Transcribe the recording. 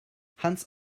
hans